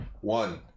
One